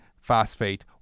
phosphate